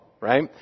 Right